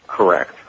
Correct